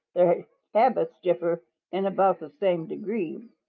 their habits differ in about the same degree.